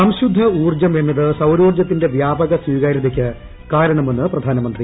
സംശുദ്ധ ഊർജ്ജം എന്നത് സൌരോർജത്തിന്റെ വ്യാപക സ്വീകാര്യതയ്ക്ക് കാരണമെന്ന് പ്രധാനമന്ത്രി